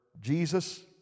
Jesus